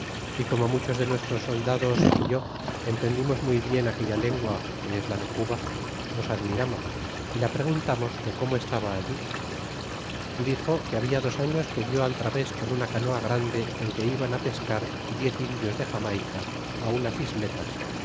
y como muchos de nuestros soldados é yo entendimos muy bien aquella lengua que es la de cuba nos admiramos y la preguntamos que cómo estaba allí y dixo que había dos años que di al través con una canoa grande en que iban á pescar diez indios de xamaica á unas isletas